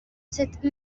cette